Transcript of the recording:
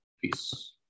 Peace